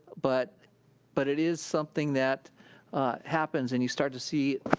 but but it is something that happens and you start to see,